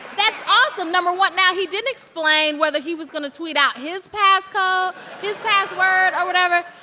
that's awesome, number one. now, he didn't explain whether he was going to tweet out his passcode his password or whatever.